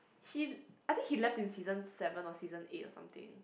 he I think he left in season seven or season eight or something